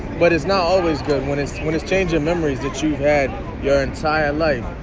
but it's not always good when it's when it's changing memories that you've had your entire life.